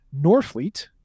Norfleet